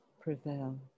prevail